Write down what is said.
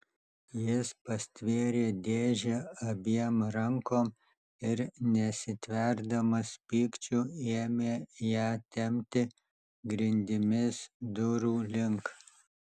jis pastvėrė dėžę abiem rankom ir nesitverdamas pykčiu ėmė ją tempti grindimis durų link